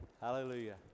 Hallelujah